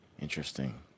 Interesting